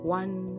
one